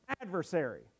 adversary